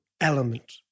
element